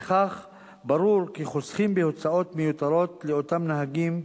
בכך ברור כי חוסכים בהוצאות מיותרות לאותם נהגים,